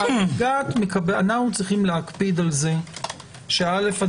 אנו צריכים להקפיד על זה שאל"ף,